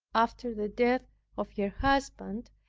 after the death of her husband,